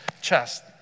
chest